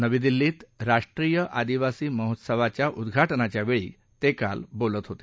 नवी दिल्लीत राष्ट्रीय आदिवासी महोत्सवाच्या उद्दा ज्ञाच्या वेळी ते काल बोलत होते